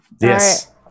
yes